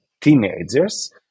teenagers